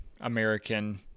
american